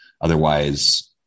Otherwise